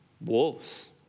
Wolves